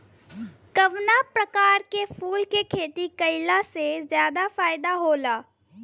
कवना प्रकार के फूल के खेती कइला से ज्यादा फायदा होला?